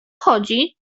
chodzi